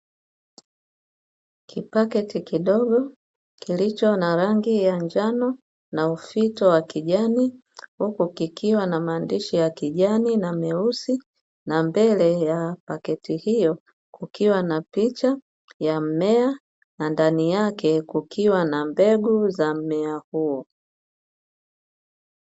Kipakiti kidogo kilicho na rangi ya njano na ufito wa kijani, huku kikiwa na maandishi ya kijani na meusi, na mbele ya pakiti hiyo kukiwa na picha ya mmea, na ndani yake kukiwa na mbegu za mmea huo.